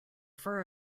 fur